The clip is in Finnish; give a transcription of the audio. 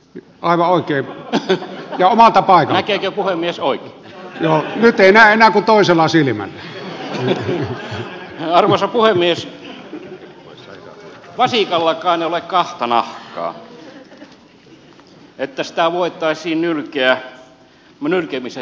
nyt aivan oikein ja mahtava näki jo vasikallakaan ei ole kahta nahkaa niin että sitä voitaisiin nylkeä nylkemisen jälkeenkin